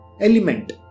Element